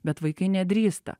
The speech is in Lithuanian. bet vaikai nedrįsta